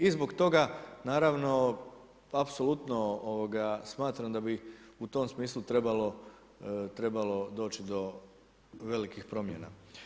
I zbog toga naravno apsolutno smatram da bi u tom smislu trebalo doći do velikih promjena.